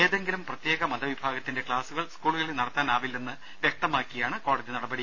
ഏതെങ്കിലും പ്രത്യേക മതവിഭാഗത്തിന്റെ ക്ലാസുകൾ സ്കൂളുകിൽ നടത്താനാകില്ലെന്ന് വൃക്തമാക്കിയാണ് കോടതി നടപടി